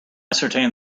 ascertain